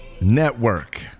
Network